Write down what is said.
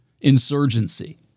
insurgency